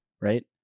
right